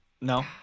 no